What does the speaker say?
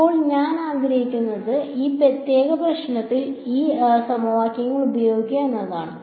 ഇപ്പോൾ ഞാൻ ചെയ്യാൻ ആഗ്രഹിക്കുന്നത് ഈ പ്രത്യേക പ്രശ്നത്തിൽ ഈ സമവാക്യങ്ങൾ ഉപയോഗിക്കുക എന്നതാണ്